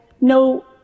no